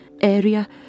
area